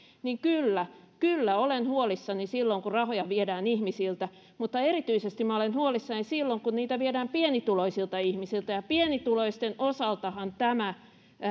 niin kyllä kyllä olen huolissani silloin kun rahoja viedään ihmisiltä mutta erityisesti minä olen huolissani silloin kun niitä viedään pienituloisilta ihmisiltä ja pienituloisten osaltahan tämä